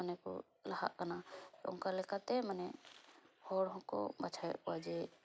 ᱢᱟᱱᱮ ᱠᱚ ᱞᱟᱦᱟᱜ ᱠᱟᱱᱟ ᱚᱱᱠᱟ ᱞᱮᱠᱟᱛᱮ ᱢᱟᱱᱮ ᱦᱚᱲ ᱦᱚᱠᱚ ᱵᱟᱪᱷᱟᱣᱮᱫ ᱠᱚᱣᱟ ᱡᱮ